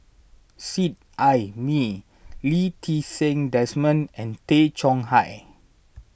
Seet Ai Mee Lee Ti Seng Desmond and Tay Chong Hai